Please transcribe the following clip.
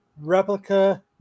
replica